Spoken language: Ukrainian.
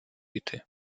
іти